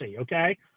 okay